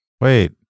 wait